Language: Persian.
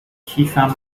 کیفم